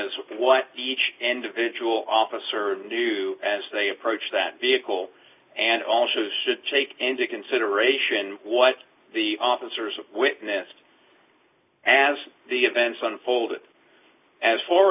is what each individual officer knew as they approach that vehicle and also should take into consideration what the officers witnessed as the events unfold as far